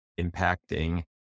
impacting